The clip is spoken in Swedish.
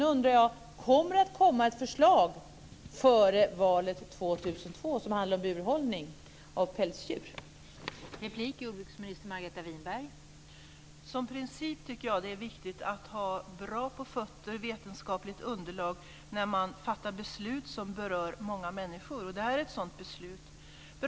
Nu undrar jag: Kommer det att komma ett förslag som handlar om burhållning av pälsdjur före valet 2002?